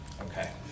Okay